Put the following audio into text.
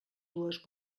dues